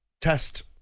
test